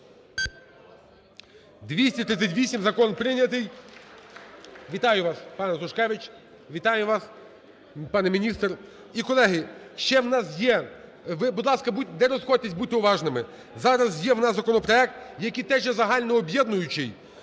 За-238 Закон прийнятий. Вітаю вас, пане Сушкевич. Вітаю вас, пане міністр. І, колеги, ще у нас є… Будь ласка, будьте… не розходьтесь, будьте уважними. Зараз є у нас законопроект, який теж є загально-об'єднуючий.